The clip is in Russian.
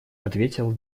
ответил